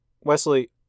Wesley